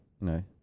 No